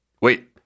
wait